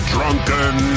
Drunken